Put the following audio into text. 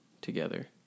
together